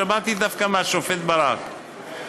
שמעתי דווקא מהשופט ברק,